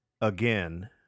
again